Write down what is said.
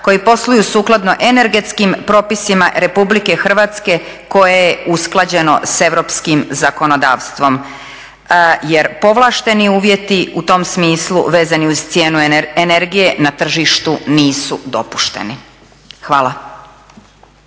koji posluju sukladno energetskim propisima Republike Hrvatske koje je usklađeno sa europskim zakonodavstvom. Jer povlašteni uvjeti u tom smislu vezani uz cijenu energije na tržištu nisu dopušteni.". Hvala.